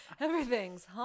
everything's